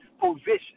position